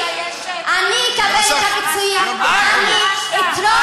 אני אקבל את הפיצויים ואני אתרום את הפיצויים,